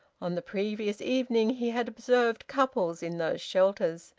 on the previous evening he had observed couples in those shelters,